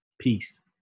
peace